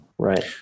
Right